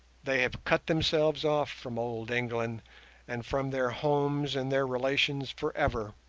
they have cut themselves off from old england and from their homes and their relations for ever,